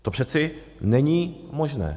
To přece není možné.